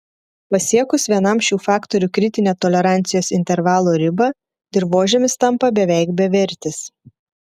pasiekus vienam šių faktorių kritinę tolerancijos intervalo ribą dirvožemis tampa beveik bevertis